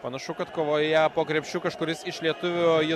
panašu kad kovoje po krepšiu kažkuris iš lietuvių jį